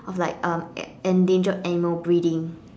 of like um endangered animal breeding